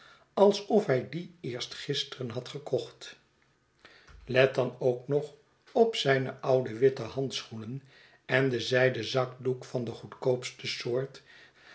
alsof hij dien eerst gisteren had gekocht let dan ook nog op zijne oude witte handschoenen en den zijden zakdoek van de goedkoopste soort